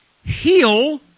Heal